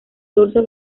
dorso